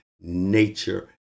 nature